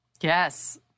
Yes